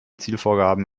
zielvorgaben